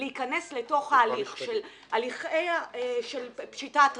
להיכנס לתוך הליכי פשיטת רגל.